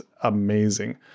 amazing